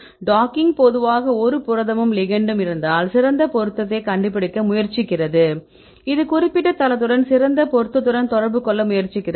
docking பொதுவாக ஒரு புரதமும் லிகெண்டும் இருந்தால் சிறந்த பொருத்தத்தைக் கண்டுபிடிக்க முயற்சிக்கிறது இது குறிப்பிட்ட தளத்துடன் சிறந்த பொருத்தத்துடன் தொடர்பு கொள்ள முயற்சிக்கிறது